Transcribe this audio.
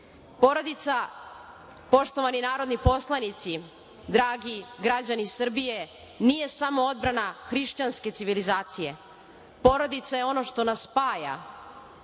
postoji. Porodica, poštovani narodni poslanici, dragi građani Srbije, nije samo odbrana hrišćanske civilizacije. Porodica je ono što nas spaja,